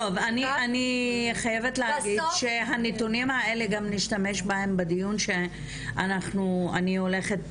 אני חייבת להגיד שהנתונים האלה גם נשתמש בהם בדיון שאני הולכת